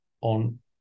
on